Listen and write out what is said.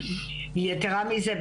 יתרה מזה,